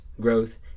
growth